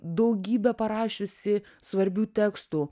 daugybę parašiusį svarbių tekstų